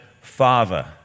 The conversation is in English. Father